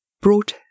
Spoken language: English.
brought